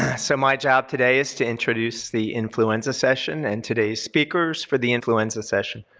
so my job today is to introduce the influenza session and today's speakers for the influenza session.